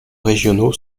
régionaux